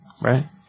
right